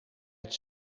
het